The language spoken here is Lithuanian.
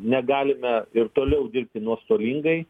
negalime ir toliau dirbti nuostolingai